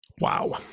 Wow